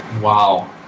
Wow